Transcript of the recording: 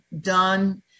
done